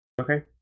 Okay